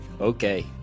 Okay